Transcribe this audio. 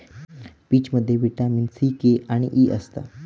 पीचमध्ये vitamin C, K आणि E असता